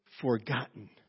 forgotten